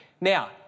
Now